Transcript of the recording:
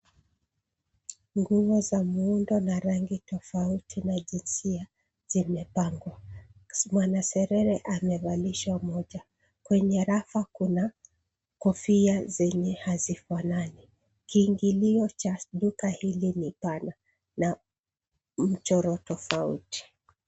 Nguo za muundo na rangi tofauti na jinsia, zimepangwa. Mwanaserere amevalishwa moja. Kwenye rafa kuna kofia zenye hazifanani. Kiingilio cha duka hili ni pana, na mchoro tofauti.